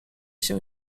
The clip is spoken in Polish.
się